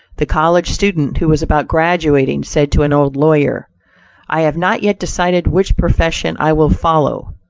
the college-student who was about graduating, said to an old lawyer i have not yet decided which profession i will follow.